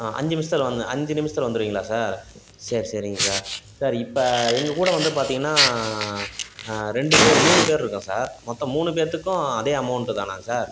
அஞ்சு நிமிஷத்தில் வந் அஞ்சு நிமிஷத்தில் வந்திருவீங்களா சார் சரி சரிங்க சார் சார் இப்போ எங்கள் கூட வந்து பார்த்தீங்கன்னா ரெண்டு பேர் மூணு பேர் இருக்கோம் சார் மொத்தம் மூணு பேத்துக்கும் அதே அமௌண்ட் தானாங்க சார்